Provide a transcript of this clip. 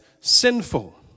sinful